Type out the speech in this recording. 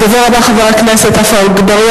הדובר הבא הוא חבר הכנסת עפו אגבאריה.